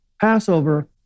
Passover